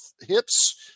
hips